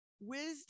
wisdom